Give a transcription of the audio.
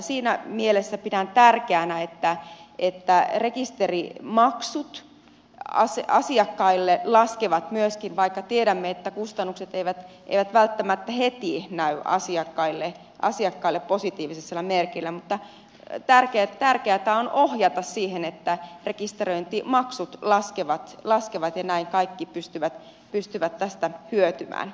siinä mielessä pidän tärkeänä että rekisterimaksut asiakkaille myöskin laskevat vaikka tiedämme että kustannukset eivät välttämättä heti näy asiakkaille positiivisella merkillä mutta tärkeätä on ohjata siihen että rekisteröintimaksut laskevat ja näin kaikki pystyvät tästä hyötymään